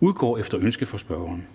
udgår efter ønske fra spørgeren.